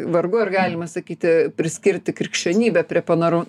vargu ar galima sakyti priskirti krikščionybę prie panor